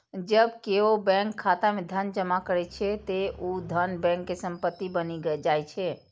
जब केओ बैंक खाता मे धन जमा करै छै, ते ऊ धन बैंक के संपत्ति बनि जाइ छै